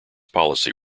policy